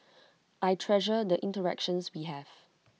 I treasure the interactions we have